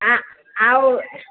ଆଉ